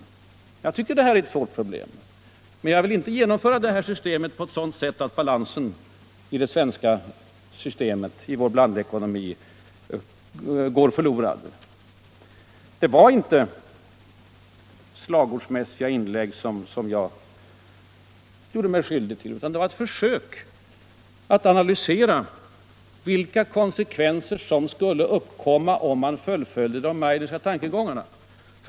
Jag tycker alltså att det är ett svårt problem. Men jag vill inte genomföra det här systemet på ett sådant sätt att balansen i vår svenska blandekonomi går förlorad. Det var inte slagordsmässiga inlägg som jag gjorde mig skyldig till, utan jag försökte att analysera vilka konsekvenser som skulle uppkomma om man fullföljde de Meidnerska tankegångarna.